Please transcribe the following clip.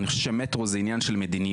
אני חושב שמטרו זה עניין של מדיניות